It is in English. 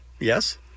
Yes